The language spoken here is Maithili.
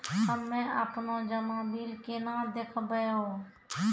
हम्मे आपनौ जमा बिल केना देखबैओ?